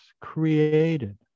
created